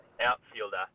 outfielder